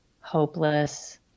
hopeless